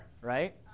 right